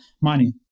money